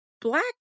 Black